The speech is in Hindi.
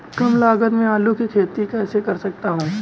कम लागत में आलू की खेती कैसे कर सकता हूँ?